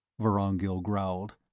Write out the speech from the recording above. vorongil growled.